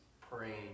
praying